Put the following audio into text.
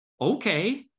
Okay